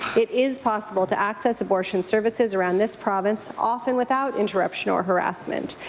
it is possible to access abortion services around this province often without interruption or harrassment.